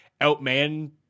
outman